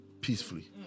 peacefully